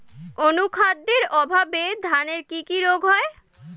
অনুখাদ্যের অভাবে ধানের কি কি রোগ হয়?